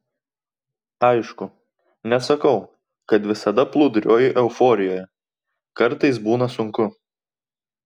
aišku nesakau kad visada plūduriuoju euforijoje kartais būna sunku